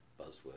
buzzword